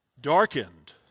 darkened